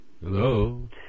Hello